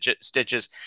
stitches